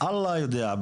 אלוהים יודע.